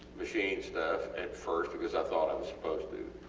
machine stuff at first because i thought it was supposed to